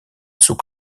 sous